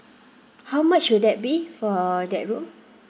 how much will that be for that room